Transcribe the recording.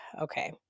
okay